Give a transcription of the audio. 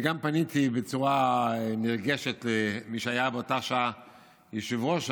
אני גם פניתי בצורה נרגשת למי שהיה באותה שעה יושב-ראש הישיבה,